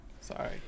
Sorry